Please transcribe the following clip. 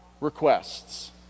Requests